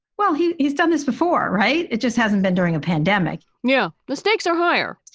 well, he's he's done this before, right? it just hasn't been during a pandemic. you know, the stakes are higher.